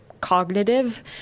cognitive